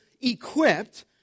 equipped